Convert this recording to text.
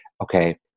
okay